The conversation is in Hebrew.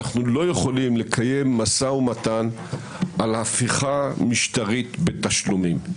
אנחנו לא יכולים לקיים משא-ומתן על הפיכה משטרית בתשלומים.